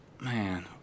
man